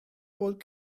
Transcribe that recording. bod